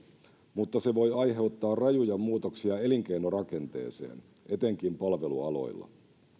mutta se voi aiheuttaa rajuja muutoksia elinkeinorakenteeseen etenkin palvelualoilla